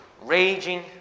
raging